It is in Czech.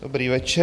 Dobrý večer.